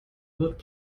wird